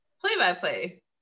play-by-play